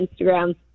Instagram